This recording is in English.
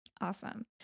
Awesome